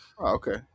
Okay